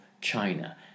China